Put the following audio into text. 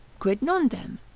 quid non dem?